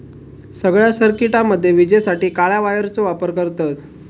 सगळ्या सर्किटामध्ये विजेसाठी काळ्या वायरचो वापर करतत